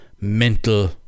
mental